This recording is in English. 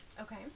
Okay